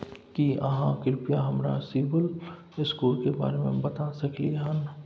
की आहाँ कृपया हमरा सिबिल स्कोर के बारे में बता सकलियै हन?